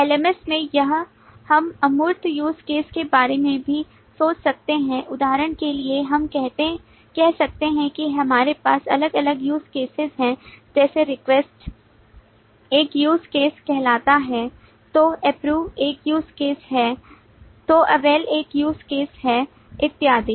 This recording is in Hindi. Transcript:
LMS में हम अमूर्त use cases के बारे में भी सोच सकते हैं उदाहरण के लिए हम कह सकते हैं कि हमारे पास अलग अलग use case हैं जैसे Request एक use case है तो Approve एक use case है तो Avail एक use case है इत्यादि